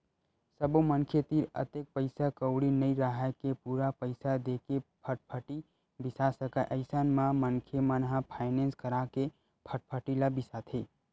सब्बो मनखे तीर अतेक पइसा कउड़ी नइ राहय के पूरा पइसा देके फटफटी बिसा सकय अइसन म मनखे मन ह फायनेंस करा के फटफटी ल बिसाथे